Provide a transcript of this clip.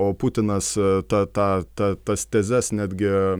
o putinas ta tą ta tas tezes netgi